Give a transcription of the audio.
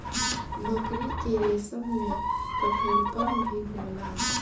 मकड़ी के रेसम में कठोरपन भी होला